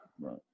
right